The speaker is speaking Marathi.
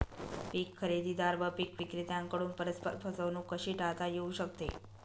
पीक खरेदीदार व पीक विक्रेत्यांकडून परस्पर फसवणूक कशी टाळता येऊ शकते?